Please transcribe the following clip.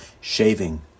shaving